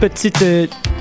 petite